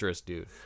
dude